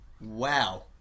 Wow